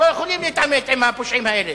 לא יכולים להתעמת עם הפושעים האלה.